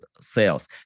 sales